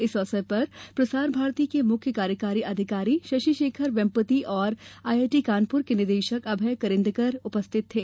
इस अवसर पर प्रसार भारती के मुख्य कार्यकारी अधिकारी शशि शेखर वेम्पटी और आई आई टी कानपुर के निदेशक अभय करंदीकर उपस्थित थे